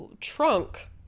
trunk